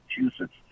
Massachusetts